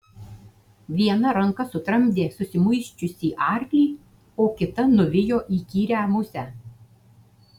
viena ranka sutramdė susimuisčiusį arklį o kita nuvijo įkyrią musę